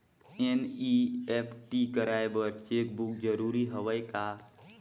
NEFT कराय बर cheque book जरूरी हवय का?